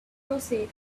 proceed